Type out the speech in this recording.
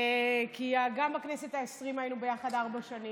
כי גם בכנסת העשרים היינו ביחד ארבע שנים,